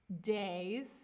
days